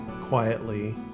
quietly